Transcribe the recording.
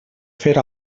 fer